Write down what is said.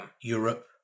Europe